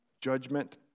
judgment